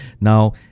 now